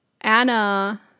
Anna